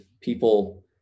people